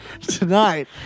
tonight